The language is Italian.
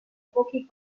pochi